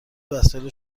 وسایل